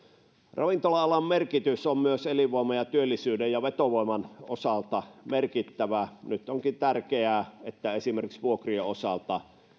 ravintola alan merkitys on elinvoiman ja työllisyyden ja vetovoiman osalta merkittävä nyt onkin tärkeää että esimerkiksi vuokrien osalta